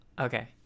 Okay